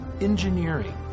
engineering